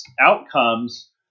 outcomes